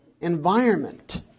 environment